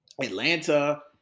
Atlanta